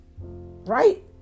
Right